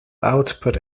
output